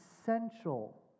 essential